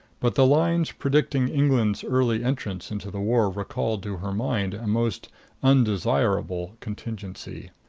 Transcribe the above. but the lines predicting england's early entrance into the war recalled to her mind a most undesirable contingency.